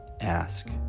ask